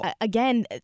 again